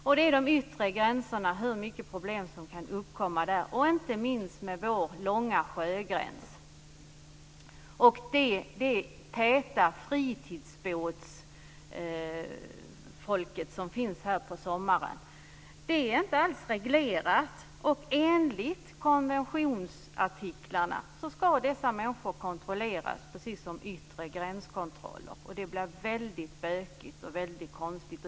Det gäller de yttre gränserna, hur många problem som kan uppkomma där, inte minst med vår långa sjögräns samt allt det fritidsbåtsfolk som finns här på sommaren. Det är inte alls reglerat. Enligt konventionsartiklarna ska dessa människor kontrolleras precis som vid yttre gränskontroll. Det blir väldigt bökigt och konstigt.